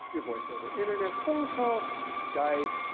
your voice over internet phone calls, skype,